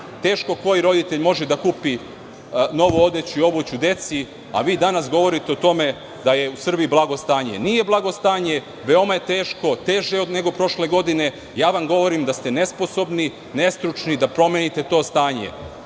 teško koji roditelj može da kupi novu odeću i obuću deci, a vi danas govorite o tome da je u Srbiji blago stanje. Nije blago stanje. Veoma je teško, teže je nego prošle godine. Ja vam govorim da ste nesposobni, nestručni da promenite to stanje.